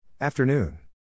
Afternoon